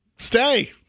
Stay